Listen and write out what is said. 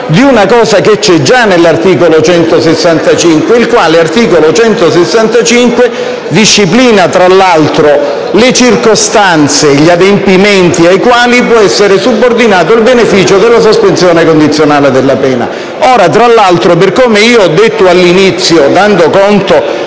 di una cosa già prevista nell'articolo 165 del codice penale, che disciplina, tra l'altro, le circostanze e gli adempimenti ai quali può essere subordinato il beneficio della sospensione condizionale della pena. Ora ripeto quanto ho detto all'inizio, dando conto